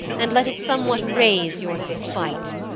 and let it somewhat raise your spite,